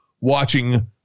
watching